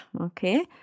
Okay